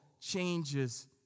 changes